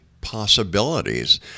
possibilities